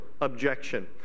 objection